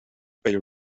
pell